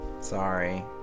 sorry